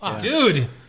dude